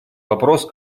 вопрос